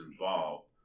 involved